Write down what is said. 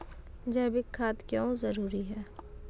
जैविक खाद क्यो जरूरी हैं?